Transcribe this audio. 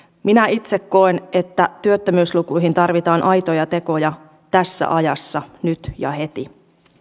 minä itse koen että työttömyyslukuihin tarvitaan aitoja tekoja tässä ajassa nyt ja heti